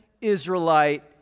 Israelite